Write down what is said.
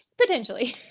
potentially